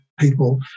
people